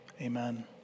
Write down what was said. Amen